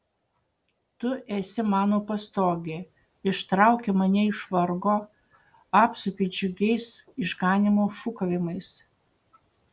tu esi mano pastogė ištrauki mane iš vargo apsupi džiugiais išganymo šūkavimais